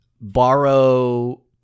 borrow